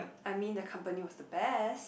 I mean the company was the best